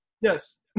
Yes